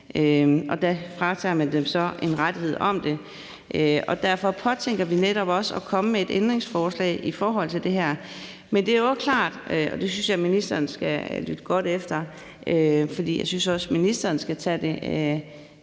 og der fratager man dem så en rettighed om det. Derfor påtænker vi netop også at komme med et ændringsforslag i forhold til det her. Men det er jo også klart, at ministeren – og der synes jeg også, at ministeren skal lytte